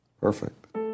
Perfect